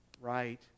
right